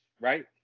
right